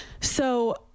So-